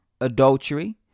Adultery